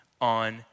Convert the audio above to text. on